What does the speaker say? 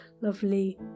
lovely